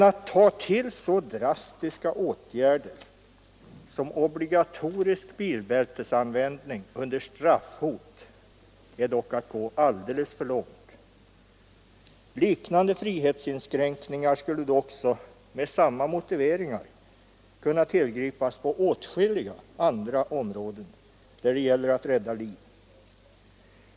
Att ta till så drastiska åtgärder som obligatorisk bilbältesanvändning under straffhot är dock att gå alldeles för långt. Liknande frihetsinskränkningar skulle då också med samma motiveringar kunna tillgripas på åtskilliga andra områden där det gäller att rädda liv.